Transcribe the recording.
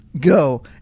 go